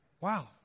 Wow